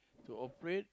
to operate